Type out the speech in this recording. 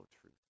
truth